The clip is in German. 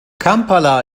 kampala